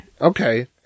Okay